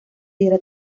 diera